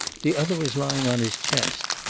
the other was lying on his chest,